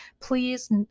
please